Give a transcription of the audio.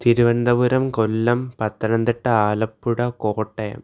Thiruvananthapuram Kollam Pathanamthitta Alappuzha Kottayam